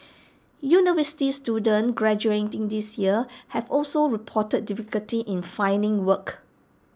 university students graduating this year have also reported difficulty in finding work